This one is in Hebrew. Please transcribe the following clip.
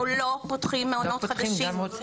אנחנו לא פותחים מעונות חדשים,